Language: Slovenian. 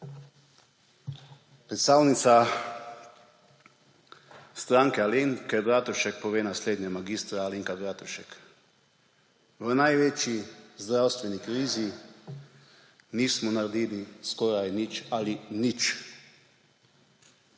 Predstavnica Stranke Alenke Bratušek pove naslednje, mag. Alenka Bratušek: »V največji zdravstveni krizi, nismo naredili skoraj nič ali nič.«